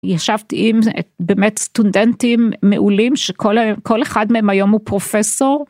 ישבתי עם באמת סטודנטים מעולים שכל אחד מהם היום הוא פרופסור.